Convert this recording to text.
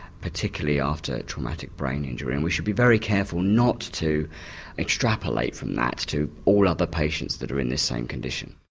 particularly after traumatic brain injury. and we should be very careful not to extrapolate from that to all other patients that are in this same condition.